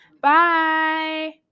Bye